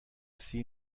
سریع